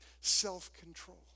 Self-control